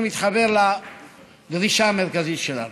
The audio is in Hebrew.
אני מתחבר לדרישה המרכזית שלנו.